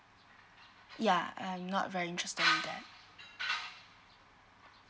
ya I'm not very interested in that